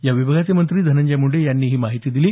या विभागाचे मंत्री धनंजय मुंडे यांनी ही माहिती दिली